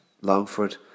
Longford